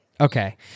Okay